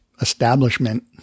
establishment